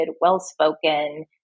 well-spoken